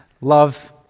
Love